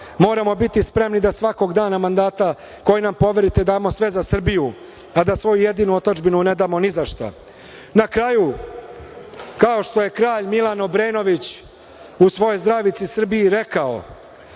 Moramo biti spremni da svakog dana mandata koji nam poverite damo sve za Srbiju, a da svoju jedinu otadžbinu ne damo ni za šta. Na kraju, kao što je kralj Milan Obrenović u svojoj „Zdravici Srbiji“ rekao